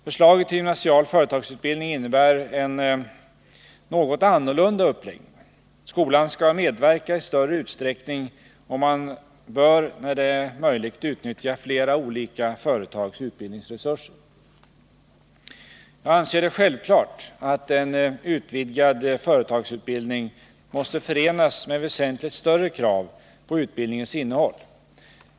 Förslaget till gymnasial företagsutbildning innebär en något annorlunda uppläggning. Skolan skall medverka i större utsträckning, och man bör när det är möjligt utnyttja flera olika företags utbildningsresurser. Jag anser det självklart att en utvidgad företagsutbildning måste förenas med väsentligt större krav på utbildningens innehåll.